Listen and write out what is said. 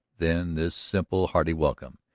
then this simple, hearty welcome.